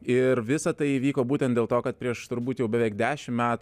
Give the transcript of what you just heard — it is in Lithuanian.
ir visa tai įvyko būtent dėl to kad prieš turbūt jau beveik dešimt metų